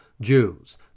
Jews